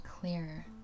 clearer